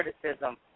criticism